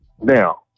now